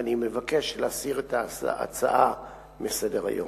ואני מבקש להסיר את ההצעה מסדר-היום.